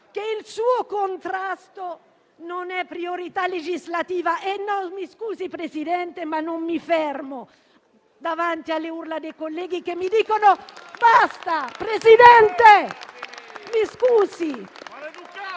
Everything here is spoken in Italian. che il suo contrasto non è priorità legislativa... *(Commenti).* Mi scusi, Presidente, ma non mi fermo davanti alle urla dei colleghi che mi dicono basta! Presidente, mi scusi,